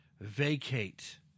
vacate